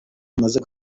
bimaze